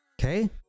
Okay